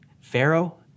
Pharaoh